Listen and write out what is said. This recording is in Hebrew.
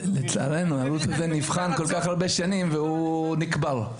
לצערנו הערוץ הזה נבחן כל כך הרבה שנים והוא נקבר.